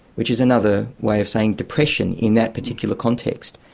which is another way of saying depression in that particular context.